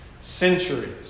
centuries